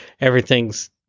everything's